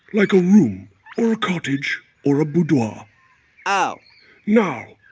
like a room or a cottage or a boudoir ah oh now,